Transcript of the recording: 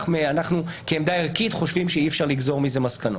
אנחנו כעמדה ערכית חושבים שאי אפשר לגזור מזה מסקנות.